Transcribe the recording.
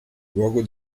luogo